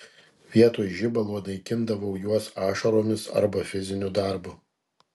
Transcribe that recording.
vietoj žibalo naikindavau juos ašaromis arba fiziniu darbu